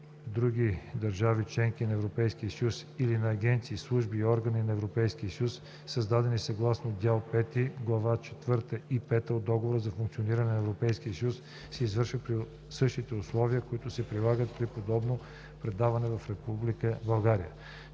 други държави-членки на Европейския съюз или на агенции, служби и органи на Европейския съюз, създадени съгласно дял V, глави 4 и 5 от Договора за функционирането на Европейския съюз, се извършва при същите условия, които се прилагат при подобно предаване в Република България.“